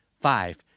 five